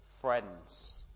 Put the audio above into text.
friends